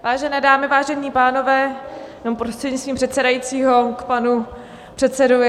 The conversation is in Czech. Vážené dámy, vážení pánové, prostřednictvím předsedajícího k panu předsedovi.